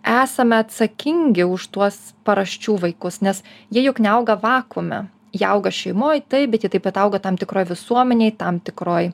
esame atsakingi už tuos paraščių vaikus nes jie juk neauga vakuume jie auga šeimoj taip bet jie taip pat auga tam tikroj visuomenėj tam tikroj